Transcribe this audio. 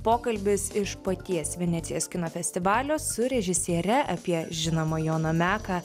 pokalbis iš paties venecijos kino festivalio su režisiere apie žinomą joną meką